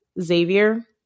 Xavier